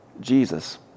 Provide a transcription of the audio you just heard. Jesus